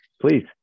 Please